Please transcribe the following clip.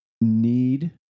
need